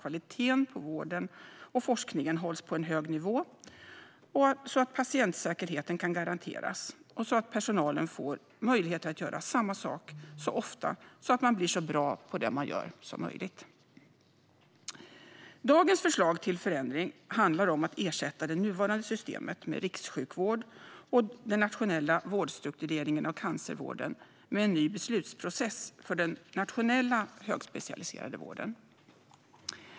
Kvaliteten på vården och forskningen hålls på en hög nivå, patientsäkerheten kan garanteras och personalen får möjligheter att göra samma sak ofta, så att man blir så bra på det man gör som möjligt. Dagens förslag till förändring handlar om att det nuvarande systemet med rikssjukvård och den nationella vårdstruktureringen av cancervården ska ersättas med en ny beslutsprocess för den nationella högspecialiserade vården.